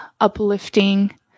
uplifting